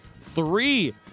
three